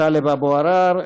טלב אבו עראר,